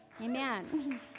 Amen